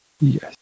Yes